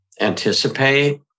anticipate